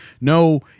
no